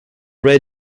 red